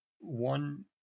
one